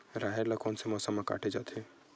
राहेर ल कोन से मौसम म काटे जाथे?